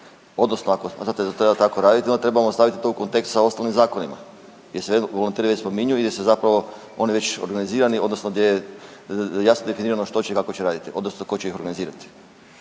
Odnosno, ako to treba tako raditi, onda trebamo staviti u kontekst sa ostalim zakonima jer .../Govornik se ne razumije./... gdje se zapravo oni već organizirani odnosno gdje je jasno definirano tko će i kao će raditi, odnosno tko će ih organizirati.